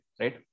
Right